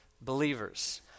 believers